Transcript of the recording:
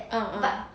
ah ah